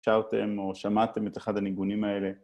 שאתם או שמעתם את אחד הניגונים האלה.